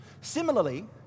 Similarly